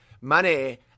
money